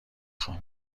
خوام